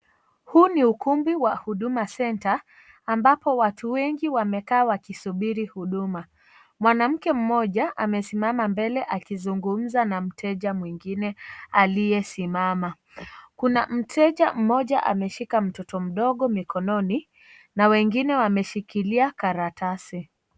Huu ni ukumbi wa Huduma Centre ambapo watu wengi wamekaa wakisubiri huduma. Mwanamke mmoja amesimama mbele akizungumza na mteja mwengine aliye simama. Kuna mteja mmoja ameshika mtoto mdogo mikononi na wengine wameshikilia karatasi.